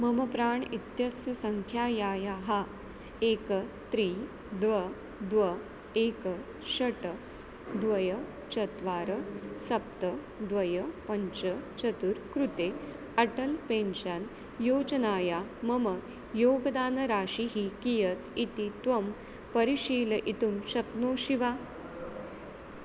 मम प्राण् इत्यस्य सङ्ख्यायाः एकं त्रीणि द्वे द्वे एकं षट् द्वे चत्वारि सप्त द्वे पञ्च चतुर्थ कृते अटल् पेन्शन् योजनाय मम योगदानराशिः कियत् इति त्वं परिशीलयितुं शक्नोषि वा